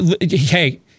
hey